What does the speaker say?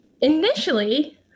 initially